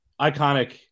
iconic